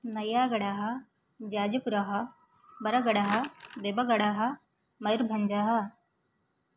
नयागडः जाज्पुरः बरगडः देवगडः मयूर्भञ्जः